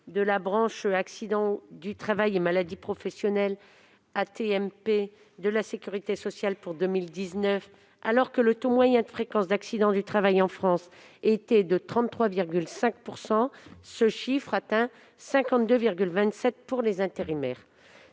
de la branche accidents du travail et maladies professionnelles (AT-MP) de la sécurité sociale pour 2019, alors que le taux moyen de fréquence d'accidents du travail s'élevait à 33,5 %, ce chiffre atteignait 52,27 % pour les intérimaires.